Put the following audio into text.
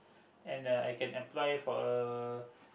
and uh I can apply for a